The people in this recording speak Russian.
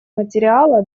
материала